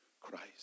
Christ